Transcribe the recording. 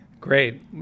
Great